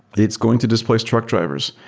it's going to displace truck drivers.